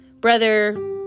brother